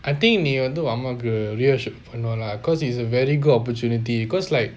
I think நீ வந்து உன் அம்மாக்கு:nee vanthu un ammaku leadership பன்னனும்ல:pannanumla cause it's a very good opportunity cause like